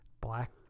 Black